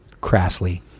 crassly